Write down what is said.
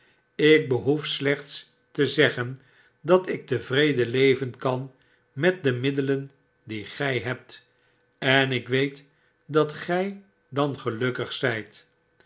ik behoef slecbts te zeggen dat ik tevreden leven kkn met de middelen die gii hebt en ik weet dat gij dan gelukkig zyt